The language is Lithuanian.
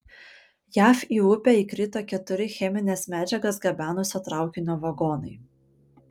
jav į upę įkrito keturi chemines medžiagas gabenusio traukinio vagonai